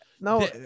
No